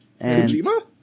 Kojima